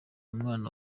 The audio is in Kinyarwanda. umwana